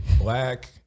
black